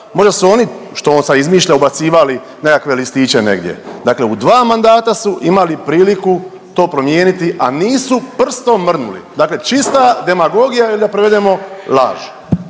Možda su oni, što on sad izmišlja ubacivali nekakve listiće negdje. Dakle, u dva mandata su imali priliku to promijeniti, a nisu prstom mrdnuli, dakle čista demagogija ili da provedemo laž.